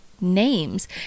names